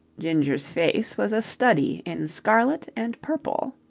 ginger's face was a study in scarlet and purple.